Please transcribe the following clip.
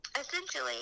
Essentially